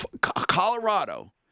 Colorado